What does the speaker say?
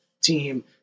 team